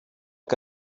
que